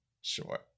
Sure